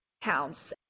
counts